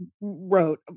wrote